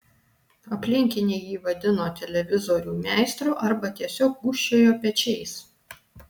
aplinkiniai jį vadino televizorių meistru arba tiesiog gūžčiojo pečiais